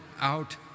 out